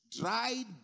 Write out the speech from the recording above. Dried